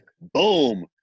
boom